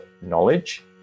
knowledge